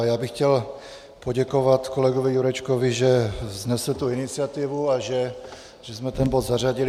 Já bych chtěl poděkovat kolegovi Jurečkovi, že vznesl tu iniciativu a že jsme ten bod zařadili.